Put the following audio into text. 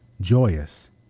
joyous